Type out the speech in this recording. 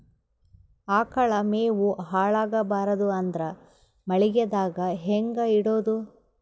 ಆಕಳ ಮೆವೊ ಹಾಳ ಆಗಬಾರದು ಅಂದ್ರ ಮಳಿಗೆದಾಗ ಹೆಂಗ ಇಡೊದೊ?